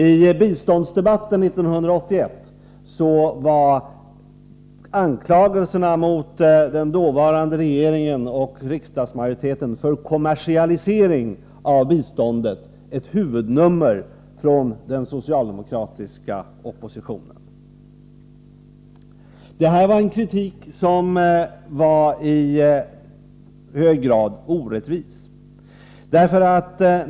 I biståndsdebatten 1981 var anklagelserna mot den dåvarande regeringen och riksdagsmajoriteten för kommersialisering av biståndet ett huvudnummer från den socialdemokratiska oppositionen. Denna kritik var i hög grad orättvis.